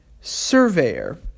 surveyor